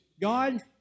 God